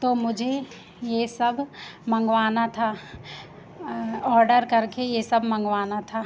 तो मुझे ये सब मँगवाना था ऑडर करके ये सब मँगवाना था